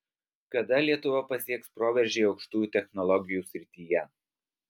kada lietuva pasieks proveržį aukštųjų technologijų srityje